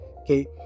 Okay